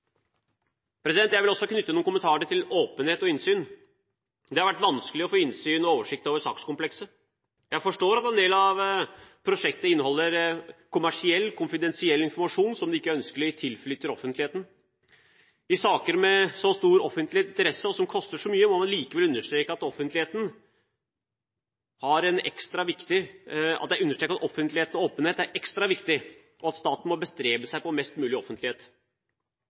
Jeg vil også knytte noen kommentarer til åpenhet og innsyn. Det har vært vanskelig å få innsyn og oversikt over sakskomplekset. Jeg forstår at en del av prosjektet inneholder kommersiell, konfidensiell informasjon som det ikke er ønskelig at tilflyter offentligheten. I saker med så stor offentlig interesse og som koster så mye, må jeg likevel understreke at offentlighet og åpenhet er ekstra viktig, og at staten må bestrebe seg på mest mulig offentlighet.